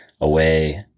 away